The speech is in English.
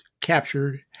captured